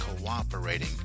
cooperating